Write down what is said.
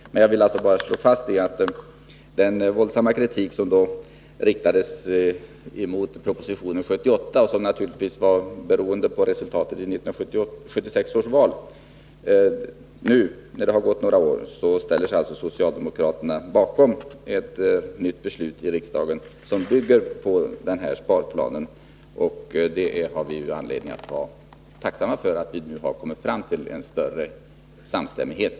Jag vill bara slå fast att socialdemokraterna — trots den våldsamma kritik som riktades mot den proposition som lades fram 1978 och som naturligtvis berodde på resultatet av 1976 års val — nu, när det har gått några år, ställer sig bakom ett beslut i riksdagen som bygger på denna sparplan. Men vi har naturligtvis anledning att vara tacksamma för att vi har kommit fram till en större samstämmighet.